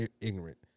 ignorant